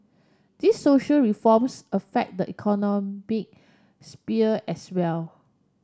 these social reforms affect the economic sphere as well